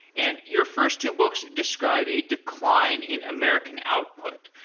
and your first two books describe a decline in american output.